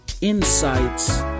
insights